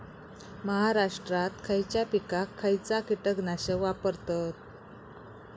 महाराष्ट्रात खयच्या पिकाक खयचा कीटकनाशक वापरतत?